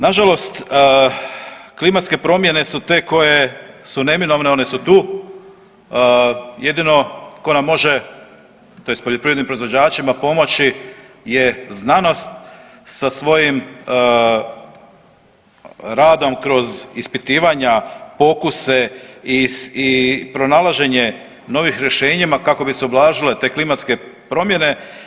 Nažalost, klimatske promjene su te koje su neminovne, one su tu, jedino ko nam može tj. poljoprivrednim proizvođačima pomoći je znanost sa svojim radom kroz ispitivanja, pokuse i pronalaženje novih rješenja kako bi se ublažile te klimatske promjene.